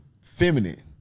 feminine